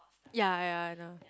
ya ya I know